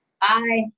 Bye